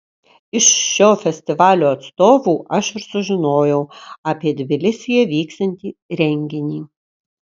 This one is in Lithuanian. iš šio festivalio atstovų aš ir sužinojau apie tbilisyje vyksiantį renginį